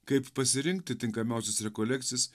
kaip pasirinkti tinkamiausias rekolekcijas